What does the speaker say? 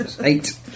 Eight